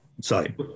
Sorry